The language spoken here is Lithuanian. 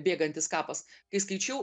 bėgantis kapas kai skaičiau